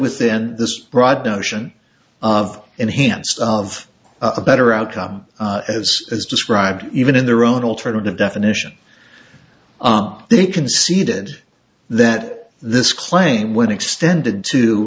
within this broad notion of enhanced of a better outcome as is described even in their own alternative definition aren't they conceded that this claim when extended to